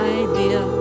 idea